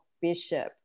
Bishop